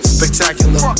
Spectacular